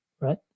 right